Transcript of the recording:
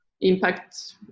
impact